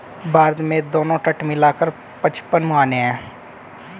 भारत में दोनों तट मिला कर पचपन मुहाने हैं